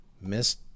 Miss